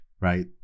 right